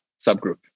subgroup